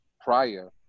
prior